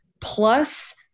plus